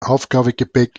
aufgabegepäck